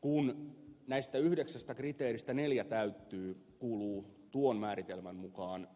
kun näistä yhdeksästä kriteeristä neljä täyttyy kuuluu tuon määritelmän mukaan